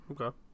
Okay